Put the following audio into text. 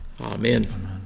Amen